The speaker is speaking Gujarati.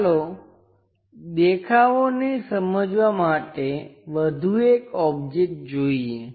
ચાલો દેખાવોને સમજવા માટે વધુ એક ઓબ્જેક્ટ જોઈએ